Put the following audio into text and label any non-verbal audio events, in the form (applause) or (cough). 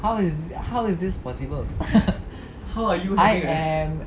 how is it how is this possible (laughs) I am